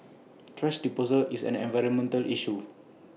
thrash disposal is an environmental issue